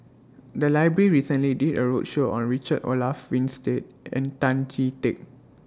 The Library recently did A roadshow on Richard Olaf Winstedt and Tan Chee Teck